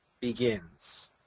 begins